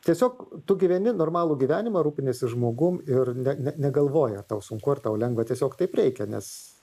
tiesiog tu gyveni normalų gyvenimą rūpiniesi žmogum ir ne negalvoji ar tau sunku ar tau lengva tiesiog taip reikia nes